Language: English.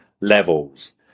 levels